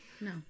No